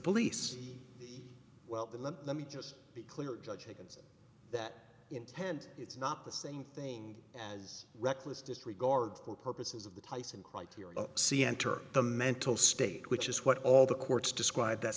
police well the let me just be clear judge against that intent it's not the same thing as reckless disregard for purposes of the tyson criteria c enter the mental state which is what all the courts described that